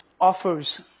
offers